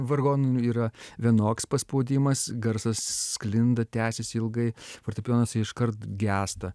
vargonų yra vienoks paspaudimas garsas sklinda tęsiasi ilgai fortepijonuose iškart gęsta